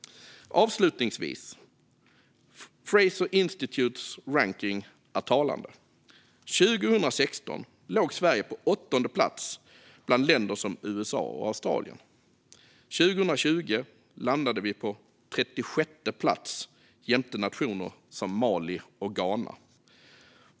Avslutningsvis - Fraser Institutes rankning är talande. År 2016 låg Sverige på åttonde plats, nära länder som USA och Australien. År 2020 landade vi på trettiosjätte plats jämte nationer som Mali och Ghana.